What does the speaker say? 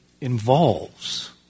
involves